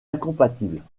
incompatible